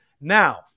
Now